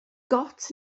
gôt